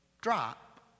drop